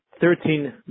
thirteen